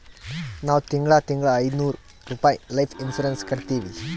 ನಾವ್ ತಿಂಗಳಾ ತಿಂಗಳಾ ಐಯ್ದನೂರ್ ರುಪಾಯಿ ಲೈಫ್ ಇನ್ಸೂರೆನ್ಸ್ ಕಟ್ಟತ್ತಿವಿ